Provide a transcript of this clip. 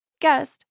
guest